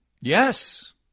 Yes